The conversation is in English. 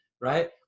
right